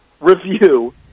review